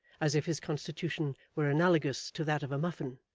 as if his constitution were analogous to that of a muffin,